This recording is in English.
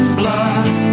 blood